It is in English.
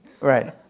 Right